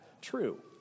true